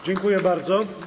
Dziękuję bardzo.